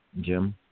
Jim